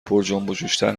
پرجنبوجوشتر